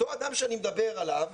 אותו אדם שאני מדבר עליו,